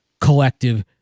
collective